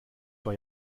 vor